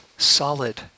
Solid